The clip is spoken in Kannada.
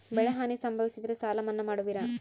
ಬೆಳೆಹಾನಿ ಸಂಭವಿಸಿದರೆ ಸಾಲ ಮನ್ನಾ ಮಾಡುವಿರ?